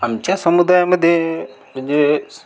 आमच्या समुदायामध्ये म्हणजेच